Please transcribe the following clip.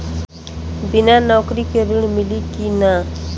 बिना नौकरी के ऋण मिली कि ना?